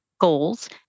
goals